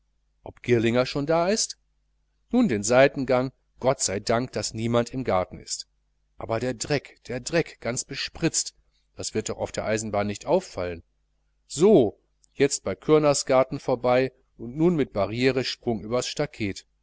ob girlinger schon da ist nun den seitengang gott sei dank daß es regnet und niemand im garten ist aber der dreck der dreck ganz bespritzt das wird doch auf der eisenbahn nicht auffallen so jetzt bei kürners garten vorbei und nun mit barrieresprung übers stacket